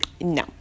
no